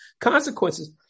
consequences